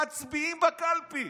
מצביעים בקלפי.